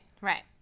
Right